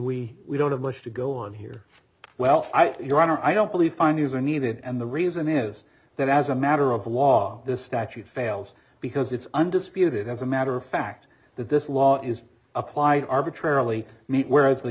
we we don't have much to go on here well i your honor i don't believe findings are needed and the reason is that as a matter of law the statute fails because it's undisputed as a matter of fact that this law is applied arbitrarily meet whereas the